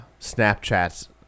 Snapchat's